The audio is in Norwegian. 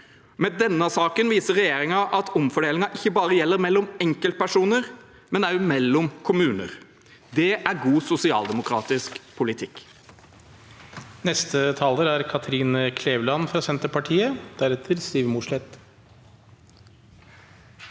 Med denne saken viser regjeringen at omfordeling ikke bare gjelder mellom enkeltpersoner, men også mellom kommuner. Det er god sosialdemokratisk politikk.